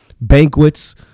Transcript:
banquets